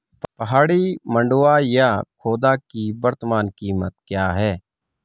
पहाड़ी मंडुवा या खोदा की वर्तमान कीमत क्या है?